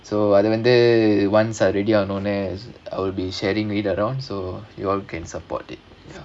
so அது வந்து:adhu vandhu once அவர்:avar ready ஆனா உடனேயே:aanaa udanaeyae I will be sharing it around so you all can support it